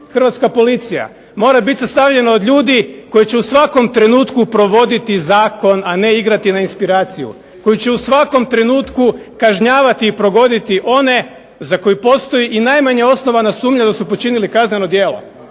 hrvatska policija mora biti sastavljena od ljudi koji će u svakom trenutku provoditi zakon, a ne igrati na inspiraciju. Koji će u svakom trenutku kažnjavati i progoniti one za koje postoji i najmanja osnovana sumnja da su počinili kazneno djelo.